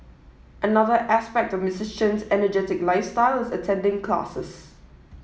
another aspect of Mister Chen's energetic lifestyle is attending classes